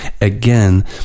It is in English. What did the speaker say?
Again